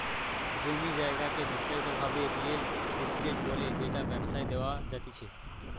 জমি জায়গাকে বিস্তারিত ভাবে রিয়েল এস্টেট বলে যেটা ব্যবসায় দেওয়া জাতিচে